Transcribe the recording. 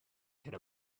could